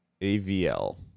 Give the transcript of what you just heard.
A-V-L